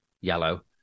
yellow